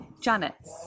Janet